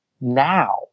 now